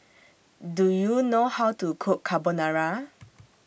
Do YOU know How to Cook Carbonara